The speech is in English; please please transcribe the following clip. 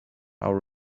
our